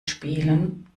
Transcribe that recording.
spielen